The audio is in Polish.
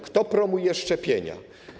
Kto promuje szczepienia?